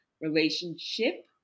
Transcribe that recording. relationship